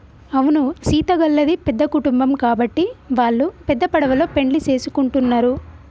అవును సీత గళ్ళది పెద్ద కుటుంబం గాబట్టి వాల్లు పెద్ద పడవలో పెండ్లి సేసుకుంటున్నరు